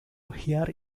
hear